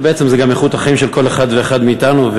שבעצם זה גם איכות החיים של כל אחד ואחד מאתנו.